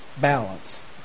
Balance